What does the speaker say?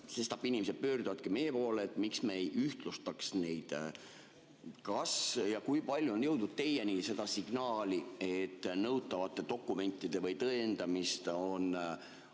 Sestap inimesed pöörduvadki meie poole, et miks me ei ühtlusta. Kas ja kui palju on jõudnud teieni seda signaali, et nõutavaid dokumente või tõendamist on